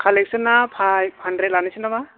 कालेक्टसना five hundred लानोसै नामा